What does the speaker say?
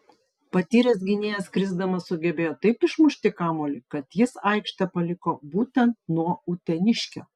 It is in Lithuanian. patyręs gynėjas krisdamas sugebėjo taip išmušti kamuolį kad jis aikštę paliko būtent nuo uteniškio